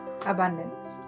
abundance